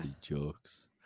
Jokes